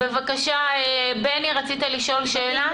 בבקשה , בני, רצית לשאול שאלה.